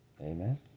amen